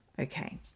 Okay